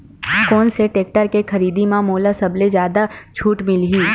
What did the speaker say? कोन से टेक्टर के खरीदी म मोला सबले जादा छुट मिलही?